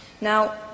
Now